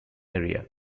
area